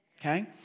Okay